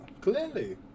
clearly